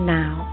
now